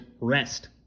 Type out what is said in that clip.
rest